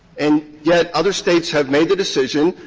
and yet other states have made the decision,